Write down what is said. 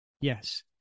Yes